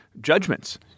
judgments